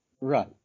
Right